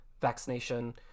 vaccination